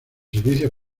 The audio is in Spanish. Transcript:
servicios